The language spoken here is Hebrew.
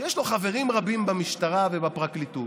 שיש לו חברים רבים במשטרה ובפרקליטות,